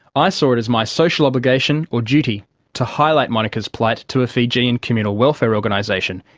i saw it as my social obligation or duty to highlight monika's plight to a fijian communal welfare organisation,